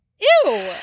Ew